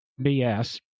BS